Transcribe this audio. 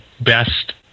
best